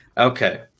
Okay